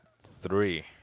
three